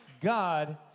God